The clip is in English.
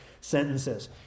sentences